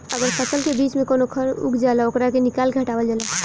अगर फसल के बीच में कवनो खर उग जाला ओकरा के निकाल के हटावल जाला